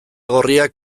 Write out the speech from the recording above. gorriak